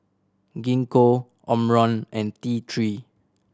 Gingko Omron and T Three